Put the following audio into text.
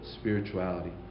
spirituality